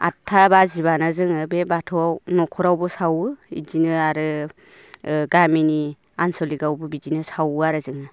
आदथा बाजिबानो जोङो बे बाथौआव न'खरावबो सावो बिदिनो आरो गामिनि आनसलिकआवबो बिदिनो सावो आरो जोङो